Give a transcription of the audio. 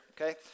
okay